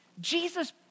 Jesus